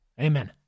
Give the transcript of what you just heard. Amen